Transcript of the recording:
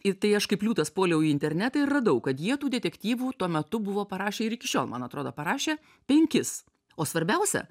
ir tai aš kaip liūtas puoliau į internetą ir radau kad jie tų detektyvų tuo metu buvo parašę ir iki šiol man atrodo parašė penkis o svarbiausia